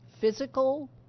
physical